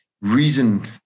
reason